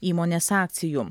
įmonės akcijų